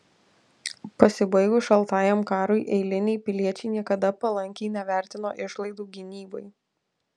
pasibaigus šaltajam karui eiliniai piliečiai niekada palankiai nevertino išlaidų gynybai